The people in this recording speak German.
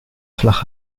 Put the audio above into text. flach